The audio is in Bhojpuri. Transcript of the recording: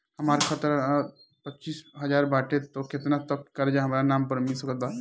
हमार तनख़ाह पच्चिस हज़ार बाटे त केतना तक के कर्जा हमरा नाम पर मिल सकत बा?